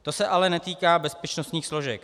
To se ale netýká bezpečnostních složek.